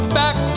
back